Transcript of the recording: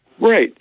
Right